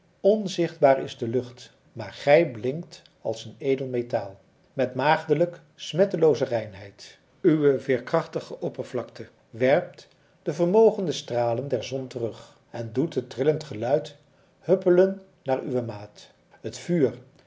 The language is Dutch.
onzichtbaar is de lucht maar gij blinkt als een edel metaal met maagdelijk smettelooze reinheid uwe veerkrachtige oppervlakte werpt de vermogende stralen der zon terug en doet het trillend geluid huppelen naar uwe maat het vuur